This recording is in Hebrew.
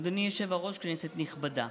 אדוני היושב-ראש, כנסת נכבדה,